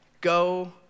go